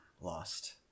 lost